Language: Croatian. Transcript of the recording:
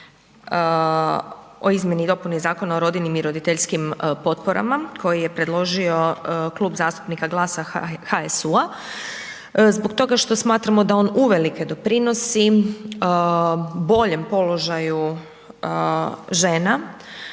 o izmjeni i dopuni Zakona o rodiljnim i roditeljskim potporama koji je predložio Klub zastupnika GLAS-a i HSU-a. Zbog toga što smatramo da on uvelike doprinosi boljem položaju žena